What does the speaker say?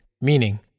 meaning